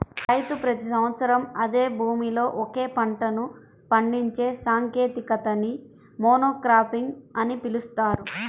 రైతు ప్రతి సంవత్సరం అదే భూమిలో ఒకే పంటను పండించే సాంకేతికతని మోనోక్రాపింగ్ అని పిలుస్తారు